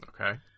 Okay